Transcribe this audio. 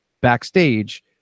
backstage